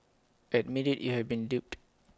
admit IT you have been duped